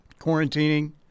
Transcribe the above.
quarantining